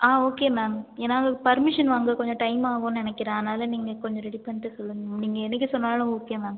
ஆ okay ma'am ஏன்னா எங்களுக்கு permission வாங்க கொஞ்சம் டைம் ஆகும்ன்னு நினைக்கிறன் அதனால் நீங்கள் கொஞ்சம் ரெடி பண்ணிவிட்டு சொல்லுங்கள் மேம் நீங்கள் என்னக்கு சொன்னாலும் ஓகே மேம்